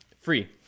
Free